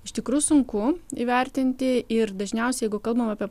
iš tikrųjų sunku įvertinti ir dažniau jeigu kalbam apie